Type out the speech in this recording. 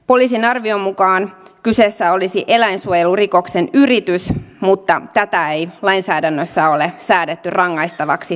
poliisin arvion mukaan kyseessä olisi eläinsuojelurikoksen yritys mutta tätä ei lainsäädännössä ole säädetty rangaistavaksi teoksi